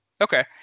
okay